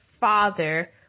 father